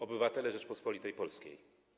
Obywatele Rzeczypospolitej Polskiej!